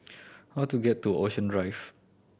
how do get to Ocean Drive